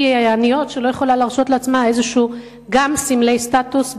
עניות שלא יכולה להרשות לעצמה גם סמלי סטטוס,